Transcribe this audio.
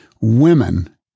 Women